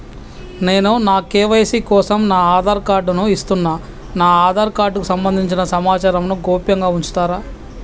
నేను నా కే.వై.సీ కోసం నా ఆధార్ కార్డు ను ఇస్తున్నా నా ఆధార్ కార్డుకు సంబంధించిన సమాచారంను గోప్యంగా ఉంచుతరా?